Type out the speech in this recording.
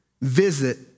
visit